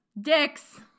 Dicks